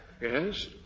yes